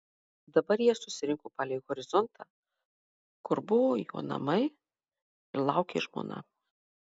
dabar jie susirinko palei horizontą kur buvo jo namai ir laukė žmona